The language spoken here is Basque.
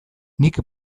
nik